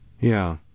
Yeah